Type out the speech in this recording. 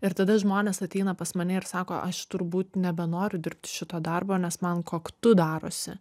ir tada žmonės ateina pas mane ir sako aš turbūt nebenoriu dirbti šito darbo nes man koktu darosi